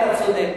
אתה צודק,